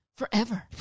Forever